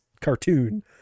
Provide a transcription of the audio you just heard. cartoon